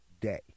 day